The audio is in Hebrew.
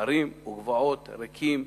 הרים וגבעות ריקים.